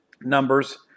numbers